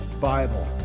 Bible